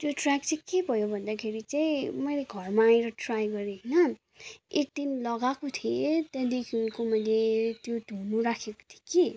त्यो ट्र्याक चाहिँ के भयो भन्दाखेरि चाहिँ मैले घरमा आएर ट्राई गरेँ होइन एकदिन लगाएको थिएँ त्यहाँदेखिको मैले त्यो धुनु राखेको थिएँ कि